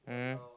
mm